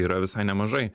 yra visai nemažai